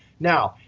now,